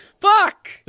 Fuck